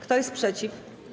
Kto jest przeciw?